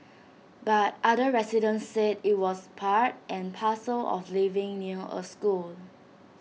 but other residents said IT was part and parcel of living near A school